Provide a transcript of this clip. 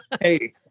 Hey